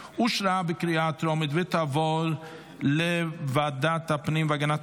2024, לוועדה שתקבע ועדת